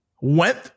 went